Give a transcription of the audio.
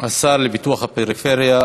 השר לפיתוח הפריפריה,